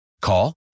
Call